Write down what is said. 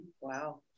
wow